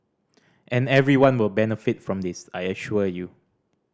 and everyone will benefit from this I assure you